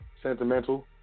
sentimental